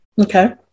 Okay